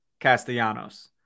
castellanos